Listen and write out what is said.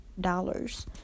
dollars